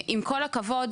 עם כל הכבוד,